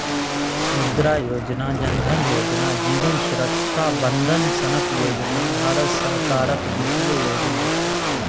मुद्रा योजना, जन धन योजना, जीबन सुरक्षा बंदन सनक योजना भारत सरकारक बित्तीय योजना छै